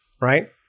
right